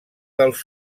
dels